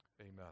Amen